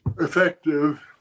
effective